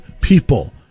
people